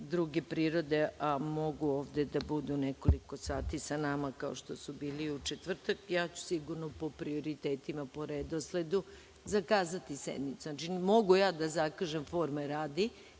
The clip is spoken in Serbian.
druge prirode, a mogu ovde da budu nekoliko sati sa nama, kao što su bili u četvrtak, ja ću sigurno po prioritetima, po redosledu, zakazati sednicu. Mogu da zakažem forme radi